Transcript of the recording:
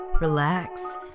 relax